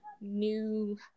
new